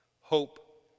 Hope